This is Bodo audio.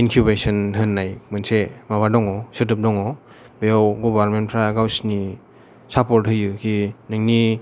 इनकिउबेसन होननाय मोनसे माबा दङ सोदोब दङ बेयाव गभारमेन्थ फ्रा गावसिनि साफर्थ होयो खि नोंनि